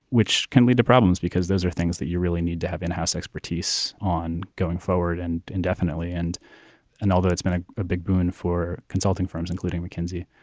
which can lead to problems because those are things that you really need to have in-house expertise on going forward and indefinitely. and and although it's been a ah big boon for consulting firms, including mckinsey,